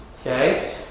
okay